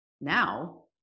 now